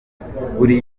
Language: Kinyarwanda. buri